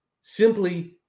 simply